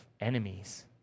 enemies